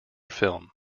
film